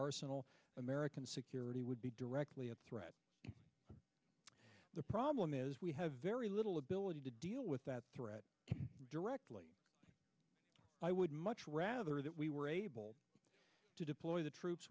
arsenal american security would be directly a threat the problem is we have very little ability to deal with that threat directly i would much rather that we were able to deploy the troops